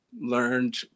learned